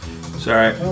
Sorry